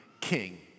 King